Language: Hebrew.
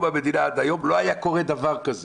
המדינה עד היום לא היה קורה דבר כזה.